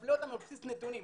ויפלה אותנו על בסיס נתונים.